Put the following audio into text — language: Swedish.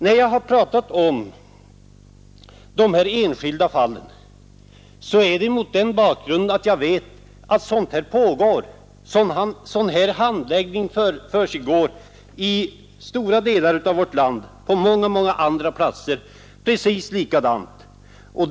När jag har talat om de här enskilda fallen är det mot den bakgrunden att jag vet att samma förhållanden råder på många andra platser i vårt land.